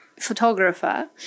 Photographer